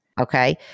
Okay